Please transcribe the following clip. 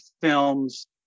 films